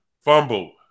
fumble